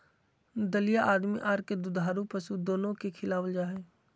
दलिया आदमी आर दुधारू पशु दोनो के खिलावल जा हई,